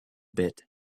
bit